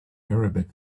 arabic